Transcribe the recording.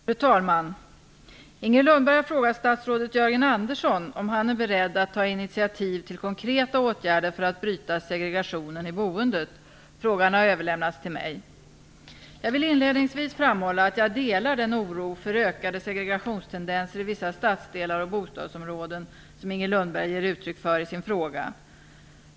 Fru talman! Inger Lundberg har frågat statsrådet Jörgen Andersson om han är beredd att ta initiativ till konkreta åtgärder för att bryta segregationen i boendet. Frågan har överlämnats till mig. Jag vill inledningsvis framhålla att jag delar den oro för ökade segregationstendenser i vissa stadsdelar och bostadsområden som Inger Lundberg ger uttryck för i sin fråga.